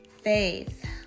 Faith